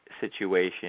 situation